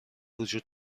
وجود